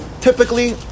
Typically